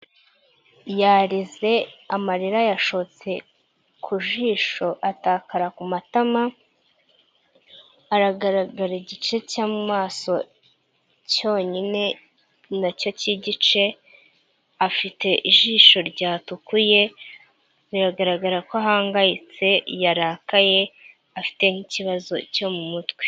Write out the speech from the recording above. Yarize amarira yashotse ku jisho atakara ku matama aragaragara igice cyo mu maso cyonyine nacyo cy'igice, afite ijisho ryatukuye biragaragara ko ahangayitse yarakaye afite nk'ikibazo cyo mu mutwe.